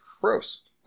gross